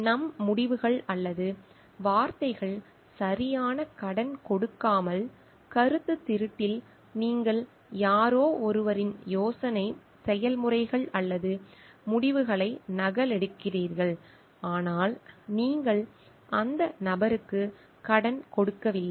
நம் முடிவுகள் அல்லது வார்த்தைகள் சரியான கடன் கொடுக்காமல் கருத்துத் திருட்டில் நீங்கள் யாரோ ஒருவரின் யோசனை செயல்முறைகள் அல்லது முடிவுகளை நகலெடுக்கிறீர்கள் ஆனால் நீங்கள் அந்த நபருக்கு கடன் கொடுக்கவில்லை